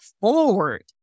forward